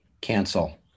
Cancel